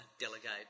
delegate